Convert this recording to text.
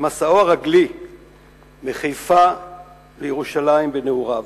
מסעו הרגלי מחיפה לירושלים בנעוריו,